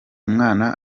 mwana